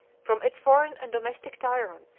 from its foreign and domestic tyrants,